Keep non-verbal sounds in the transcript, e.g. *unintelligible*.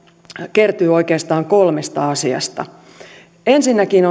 kertyy oikeastaan kolmesta asiasta ensinnäkin *unintelligible*